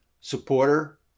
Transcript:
supporter